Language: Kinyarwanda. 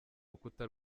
rukuta